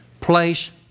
place